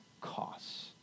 costs